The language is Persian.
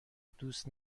دوست